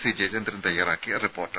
C Jayachandran തയ്യാറാക്കിയ report